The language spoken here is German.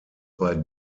bei